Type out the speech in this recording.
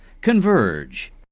converge